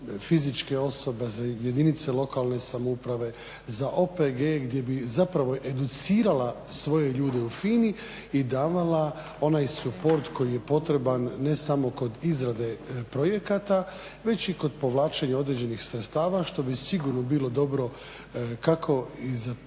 fizičke osobe, za jedinice lokalne samouprave, za OPG-e gdje bi zapravo educirala svoje ljude u FINA-i davala onaj suport koji je potreban ne samo kod izrade projekata, već i kod povlačenja određenih sredstava što bi sigurno bilo dobro kako i za